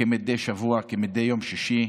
כמדי שבוע, כמדי יום שישי,